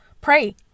pray